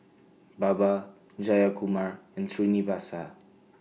Baba Jayakumar and Srinivasa